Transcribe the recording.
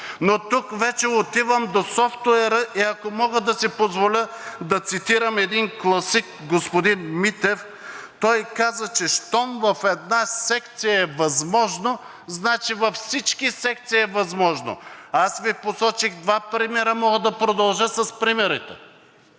но тук вече отивам до софтуера. И ако мога да си позволя да цитирам един класик – господин Митев, той каза: „Щом в една секция е възможно, значи във всички секции е възможно.“ Посочих Ви два примера и мога да продължа – те